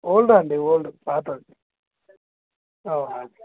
old అండి old పాతది